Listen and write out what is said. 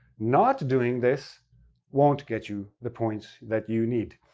not doing this won't get you the points that you need.